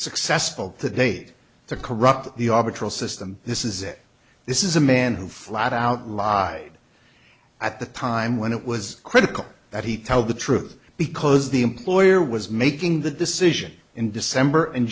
successful to date to corrupt the arbitral system this is it this is a man who flat out lied at the time when it was critical that he tell the truth because the employer was making the decision in december in